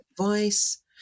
advice